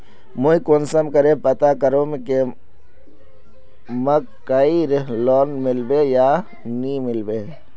मुई कुंसम करे पता करूम की मकईर लोन मिलबे या नी मिलबे?